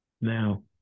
Now